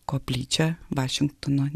koplyčią vašingtono